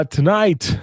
Tonight